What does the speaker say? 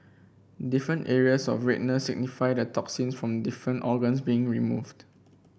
different areas of redness signify the toxins from different organs being removed